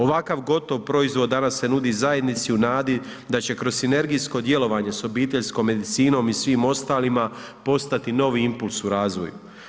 Ovakav gotov proizvod danas se nudi zajednici u nadi da će kroz sinergijsko djelovanje s obiteljskom medicinom i svim ostalima postati novi impuls u razvoju.